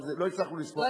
אבל לא הצלחנו לספור,